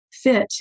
fit